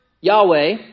Yahweh